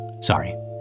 Sorry